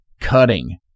cutting